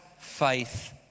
faith